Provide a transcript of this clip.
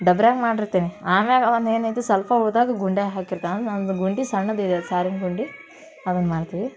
ಡಬ್ರ್ಯಾಗೆ ಮಾಡಿರ್ತೀನಿ ಆಮ್ಯಾಲ ಅವ್ನ ಏನೈತಿ ಸ್ವಲ್ಪ ಉಳ್ದಾಗ ಗುಂಡ್ಯಾಗೆ ಹಾಕಿರ್ತೆ ಅಂದ್ರೆ ನಮ್ದು ಗುಂಡಿ ಸಣ್ಣದಿದೆ ಅದು ಸಾರಿನ ಗುಂಡಿ ಅದನ್ನು ಮಾಡ್ತೀವಿ